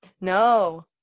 No